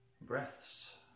breaths